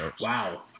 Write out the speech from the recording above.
Wow